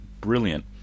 brilliant